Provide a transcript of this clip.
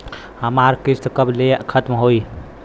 हमार किस्त कब ले खतम होई?